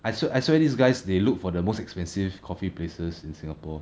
I swear I swear these guys they looked for the most expensive coffee places in singapore